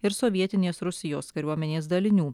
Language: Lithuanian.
ir sovietinės rusijos kariuomenės dalinių